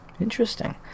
Interesting